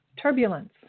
turbulence